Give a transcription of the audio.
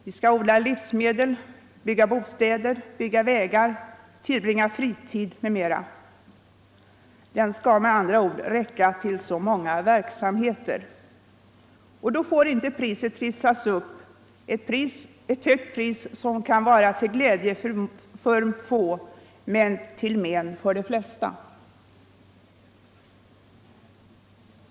Vi skall odla livsmedel, bygga bostäder, bygga vägar, tillbringa fritiden där m.m. Den skall med andra ord räcka till så många andra verksamheter. Då får inte priset trissas upp. Ett högt pris kan vara till glädje för få men till men för de flesta.